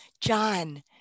John